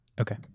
Okay